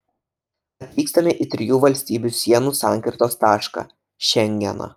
atvykstame į trijų valstybių sienų sankirtos tašką šengeną